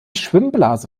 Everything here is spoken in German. schwimmblase